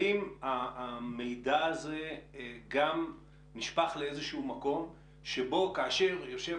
האם המידע הזה גם נשפך לאיזשהו מקום שבו כאשר יושב